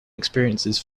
experiences